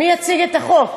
מי יציג את החוק?